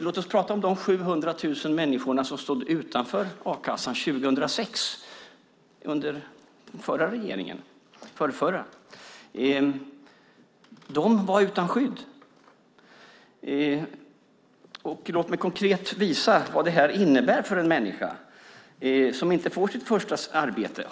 Låt oss prata om de 700 000 människor som stod utanför a-kassan under den förrförra regeringen 2006. De var utan skydd. Låt mig konkret visa vad det här innebär för en människa som inte får sitt första arbete.